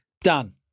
Done